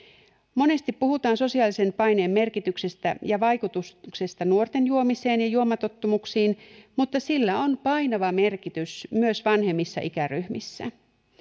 monesti puhutaan sosiaalisen paineen merkityksestä ja vaikutuksesta nuorten juomiseen ja juomatottumuksiin mutta sillä on painava merkitys myös vanhemmissa ikäryhmissä